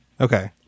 Okay